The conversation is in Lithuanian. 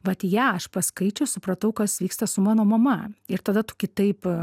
vat ją aš paskaičius supratau kas vyksta su mano mama ir tada tu kitaip